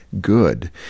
good